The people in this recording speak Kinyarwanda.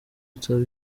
nsaba